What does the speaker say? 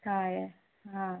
ಹಾಂ ಯೇ ಹಾಂ